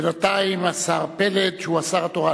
בינתיים השר פלד הוא השר התורן.